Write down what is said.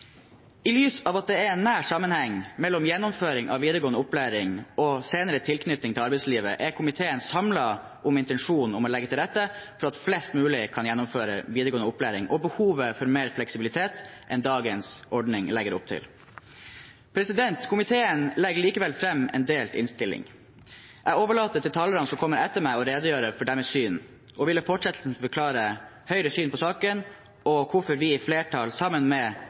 I lys av at det er en nær sammenheng mellom gjennomføring av videregående opplæring og senere tilknytning til arbeidslivet, er komiteen samlet om intensjonen om å legge til rette for at flest mulig kan gjennomføre videregående opplæring, og behovet for mer fleksibilitet enn dagens ordning legger opp til. Komiteen legger likevel frem en delt innstilling. Jeg overlater til talerne som kommer etter meg, å redegjøre for sitt syn og vil i fortsettelsen forklare Høyres syn på saken og hvorfor vi i flertall, sammen med